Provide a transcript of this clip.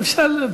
אפשר,